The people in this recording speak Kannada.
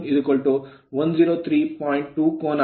2 ಕೋನ 27